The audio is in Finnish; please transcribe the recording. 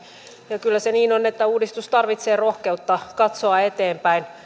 kyllä se niin on että uudistus tarvitsee rohkeutta katsoa eteenpäin